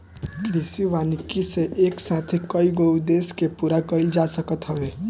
कृषि वानिकी से एक साथे कईगो उद्देश्य के पूरा कईल जा सकत हवे